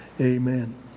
Amen